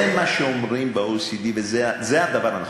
זה מה שאומרים ב-OECD, וזה הדבר הנכון.